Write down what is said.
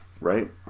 right